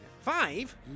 Five